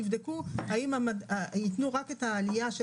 יבדקו האם יתנו רק את העלייה של